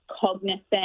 cognizant